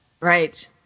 Right